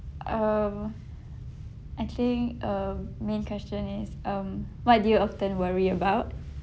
um actually um main question is um what do you often worry about